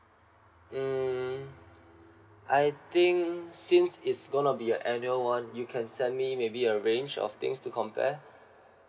mm I think since it's gonna be a annual one you can send me maybe a range of things to compare